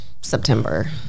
September